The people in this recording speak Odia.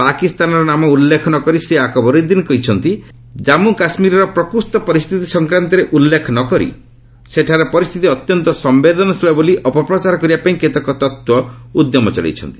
ପାକିସ୍ତାନର ନାମ ଉଲ୍ଲେଖ ନ କରି ଶ୍ରୀ ଆକବରୁଦ୍ଦିନ୍ କହିଛନ୍ତି କାଶ୍ମୀରର ପ୍ରକୃତ ପରିସ୍ଥିତି ସଂକ୍ରାନ୍ତରେ ଉଲ୍ଲେଖ ନ କରି ସେଠାରେ ପରିସ୍ଥିତି ଅତ୍ୟନ୍ତ ସମ୍ଭେଦନଶୀଳ ବୋଲି ଅପପ୍ରଚାର କରିବାପାଇଁ କେତେକ ତତ୍ତ୍ୱ ଉଦ୍ୟମ ଚଳାଇଛନ୍ତି